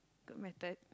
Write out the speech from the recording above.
good method